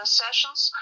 sessions